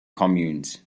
communes